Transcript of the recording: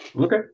Okay